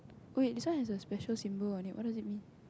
wait this one has a special symbol on it what does it mean